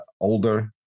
Older